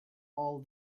all